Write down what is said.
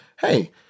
hey